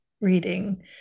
reading